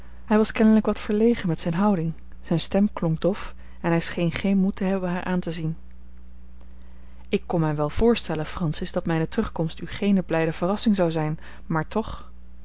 hij was kennelijk wat verlegen met zijne houding zijne stem klonk dof en hij scheen geen moed te hebben haar aan te zien ik kon mij wel voorstellen francis dat mijne terugkomst u geene blijde verrassing zou zijn maar toch